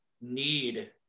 need